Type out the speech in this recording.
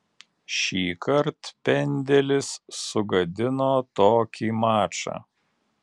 šįkart pendelis sugadino tokį mačą